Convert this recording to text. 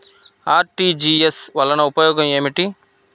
RTGS వలన ఉపయోగం ఏమిటీ?